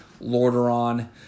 Lordaeron